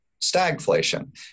stagflation